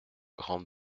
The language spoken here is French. grande